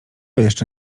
jeszcze